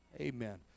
Amen